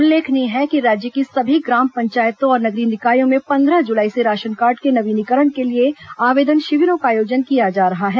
उल्लेखनीय है कि राज्य के सभी ग्राम पंचायतों और नगरीय निकायों में पंद्रह जुलाई से राशन कार्ड के नवीनीकरण के लिए आवेदन शिविरों का आयोजन किया जा रहा है